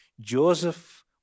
Joseph